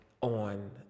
on